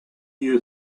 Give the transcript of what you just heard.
you